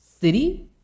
city